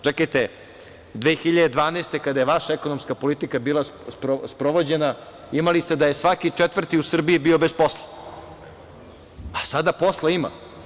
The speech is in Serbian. Čekajte, 2012. godine, kada je vaša ekonomska politika bila sprovođena, imali ste da je svaki četvrti u Srbiji bio bez posla, a sada posla ima.